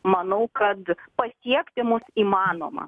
manau kad pasiekti mus įmanoma